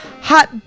hot